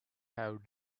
have